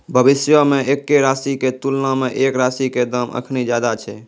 भविष्यो मे एक्के राशि के तुलना मे एक राशि के दाम अखनि ज्यादे छै